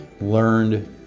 learned